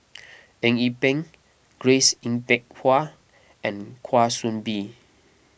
Eng Yee Peng Grace Yin Peck Ha and Kwa Soon Bee